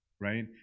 right